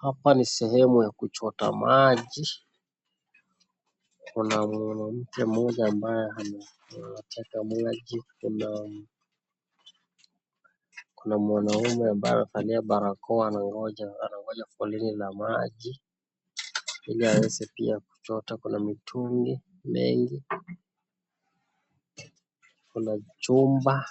Hapa ni sehemu ya kuchota maji kuna mwanamke mmoja ambaye anateka maji kuna mwanaume ambaye amevalia barakoa anangonja foleni la maji ili aweze pia kuchota kuna mitungi mengi kuna chumba